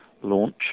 launch